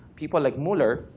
people like muller,